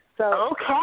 Okay